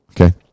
Okay